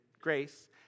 grace